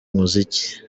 muziki